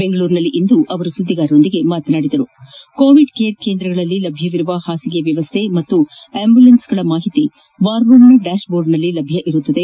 ಬೆಂಗಳೂರಿನಲ್ಲಿಂದು ಸುದ್ದಿಗಾರರೊಂದಿಗೆ ಮಾತನಾದಿದ ಅವರು ಕೋವಿಡ್ ಕೇರ್ ಕೇಂದ್ರಗಳಲ್ಲಿ ಲಭ್ಯವಿರುವ ಹಾಸಿಗೆ ವ್ಯವಸ್ಥೆ ಹಾಗೂ ಅಂಬುಲೆನ್ಸ್ ಗಳ ಮಾಹಿತಿ ವಾರ್ ರೂಮ್ ನ ಡ್ಯಾಶ್ ಬೋರ್ಡ್ನಲ್ಲಿ ಲಭ್ಯವಿದೆ